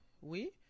oui